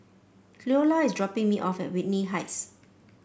Cleola is dropping me off at Whitley Heights